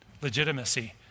legitimacy